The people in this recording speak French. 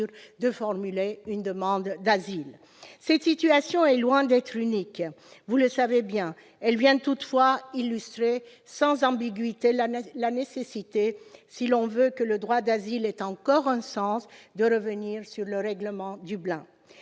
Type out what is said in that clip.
ce soit en Italie ou en France. Cette situation est loin d'être unique, vous le savez bien. Elle vient toutefois illustrer sans ambiguïté la nécessité, si l'on veut que le droit d'asile ait encore un sens, de revenir sur le règlement de Dublin.